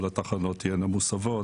כל התחנות תהיינה מוסבות.